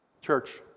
Church